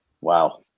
Wow